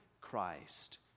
Christ